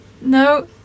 No